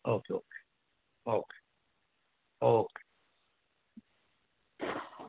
okay okay okay okay